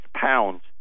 pounds